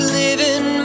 living